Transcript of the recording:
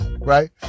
right